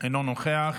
אינו נוכח.